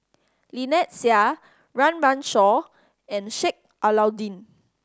Lynnette Seah Run Run Shaw and Sheik Alau'ddin